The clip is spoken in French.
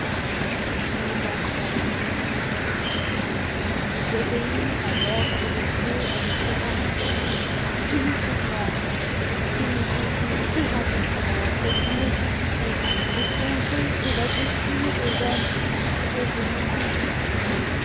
mes enfants leur dit-il j'obéis à l'ordre de dieu en me séparant de vous imitez moi soumettez-vous courageusement à cette nécessité et songez que la destinée de l'homme est de mourir